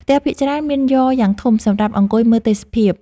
ផ្ទះភាគច្រើនមានយ៉រយ៉ាងធំសម្រាប់អង្គុយមើលទេសភាព។